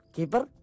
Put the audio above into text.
Keeper